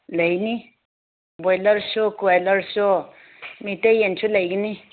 ꯂꯩꯅꯤ ꯕ꯭ꯔꯣꯏꯂꯔꯁꯨ ꯀ꯭ꯔꯨꯏꯂꯔꯁꯨ ꯃꯤꯇꯩ ꯌꯦꯟꯁꯨ ꯂꯩꯒꯅꯤ